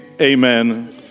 Amen